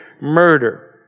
murder